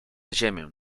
ziemię